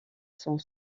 sont